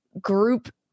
group